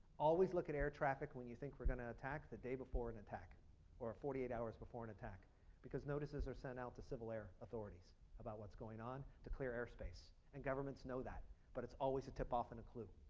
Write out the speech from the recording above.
always look at air traffic when you think we are going to attack the day before an attack or forty eight hours before an attack because notices are sent to civil air authorities about what's going on to clear airspace and governments know that but is always a tipoff and a clue.